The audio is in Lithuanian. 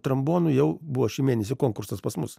trombonų jau buvo šį mėnesį konkursas pas mus